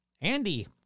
Andy